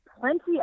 plenty